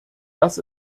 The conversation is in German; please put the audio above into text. dass